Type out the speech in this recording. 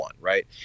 right